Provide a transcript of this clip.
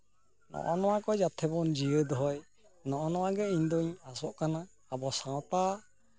ᱱᱚᱜᱼᱚ ᱱᱚᱣᱟᱠᱚ ᱡᱟᱛᱮ ᱵᱚᱱ ᱡᱤᱭᱟᱹᱣ ᱫᱚᱦᱚᱭ ᱱᱚᱜᱼᱚ ᱱᱚᱣᱟᱜᱮ ᱤᱧᱫᱩᱧ ᱟᱥᱚᱜ ᱠᱟᱱᱟ ᱟᱵᱚ ᱥᱟᱶᱛᱟ